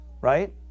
right